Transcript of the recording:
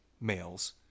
males